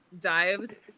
dives